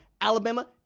Alabama